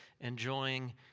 enjoying